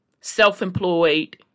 self-employed